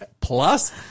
plus